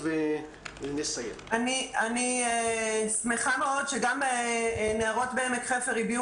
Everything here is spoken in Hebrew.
אני שמחה מאוד שגם נערות בעמק חפר הביעו